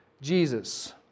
Jesus